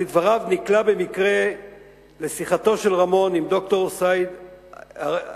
שלדבריו נקלע במקרה לשיחתו של רמון עם ד"ר סעיד עריקאת,